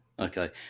Okay